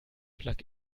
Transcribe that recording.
plug